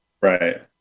Right